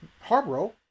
Harborough